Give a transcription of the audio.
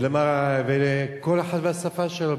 לכל אחד והשפה שלו,